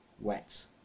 wet